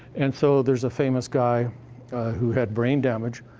and so, there's a famous guy who had brain damage,